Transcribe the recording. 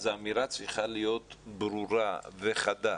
אז האמירה צריכה להיות ברורה וחדה.